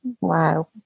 wow